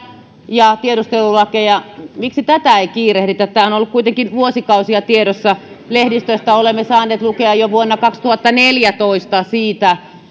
ja tiedustelulakeja miksi tätä ei kiirehditä tämä on ollut kuitenkin vuosikausia tiedossa lehdistöstä olemme saaneet lukea jo vuonna kaksituhattaneljätoista siitä